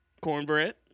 Cornbread